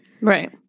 Right